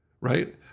Right